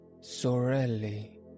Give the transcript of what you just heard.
Sorelli